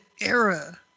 era